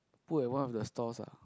put at one of the stalls lah